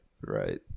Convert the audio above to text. right